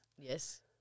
Yes